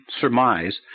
surmise